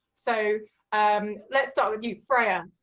so um let's start with you freya.